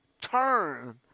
turn